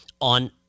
on